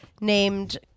named